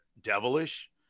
devilish